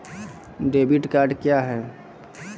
Debit card क्या हैं?